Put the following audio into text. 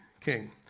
king